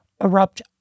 erupt